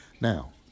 Now